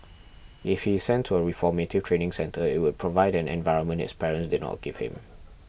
if he is sent to a reformative training centre it would provide an environment his parents did not give him